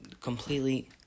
completely